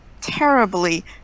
terribly